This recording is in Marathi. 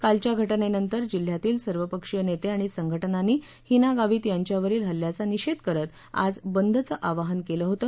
कालच्या घटनेनंतर जिल्ह्यातील सर्वपक्षीय नेते आणि संघटनांनी हिना गावित यांच्यावरील हल्याचा निषेध करत आज बंदच आवाहन केल होत